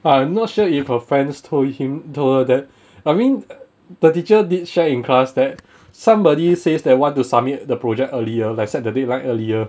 I'm not sure if her friends told him told her that I mean the teacher did share in class that somebody says that want to submit the project earlier like set the deadline earlier